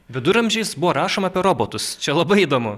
viduramžiais buvo rašoma apie robotus čia labai įdomu